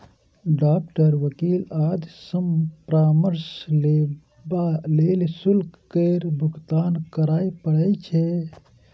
doctor, वकील आदि सं परामर्श लेबा लेल शुल्क केर भुगतान करय पड़ै छै